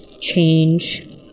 change